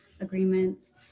agreements